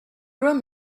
room